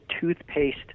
toothpaste